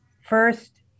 first